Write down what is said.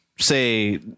say